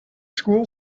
school